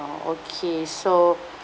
ah okay so